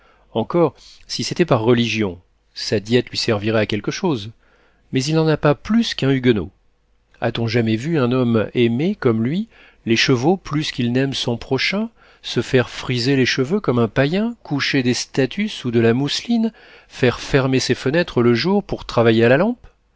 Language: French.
encore si c'était par religion sa diète lui servirait à quelque chose mais il n'en a pas plus qu'un huguenot a-t-on jamais vu un homme aimer comme lui les chevaux plus qu'il n'aime son prochain se faire friser les cheveux comme un païen coucher des statues sous de la mousseline faire fermer ses fenêtres le jour pour travailler à la lampe